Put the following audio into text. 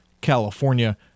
California